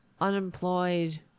unemployed